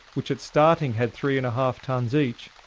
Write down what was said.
which at starting had three and a half tons each,